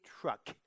truck